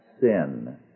sin